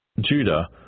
Judah